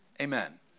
Amen